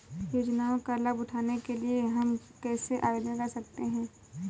योजनाओं का लाभ उठाने के लिए हम कैसे आवेदन कर सकते हैं?